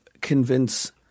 convince